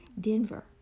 Denver